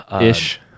Ish